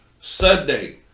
Sunday